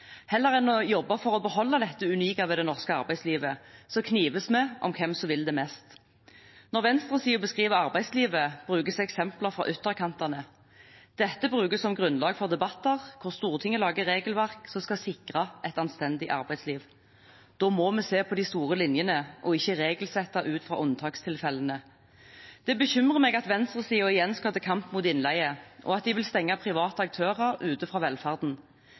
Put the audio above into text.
Heller enn å jobbe for å beholde dette unike ved det norske arbeidslivet knives vi om hvem som vil det mest. Når venstresiden beskriver arbeidslivet, brukes eksempler fra ytterkantene. Dette brukes som grunnlag for debatter der Stortinget lager regelverk som skal sikre et anstendig arbeidsliv. Da må vi se på de store linjene og ikke regelsette ut fra unntakstilfellene. Det bekymrer meg at venstresiden igjen skal til kamp mot innleie, og at de vil stenge private aktører ute fra velferden.